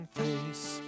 face